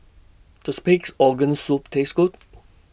Does Pig'S Organ Soup Taste Good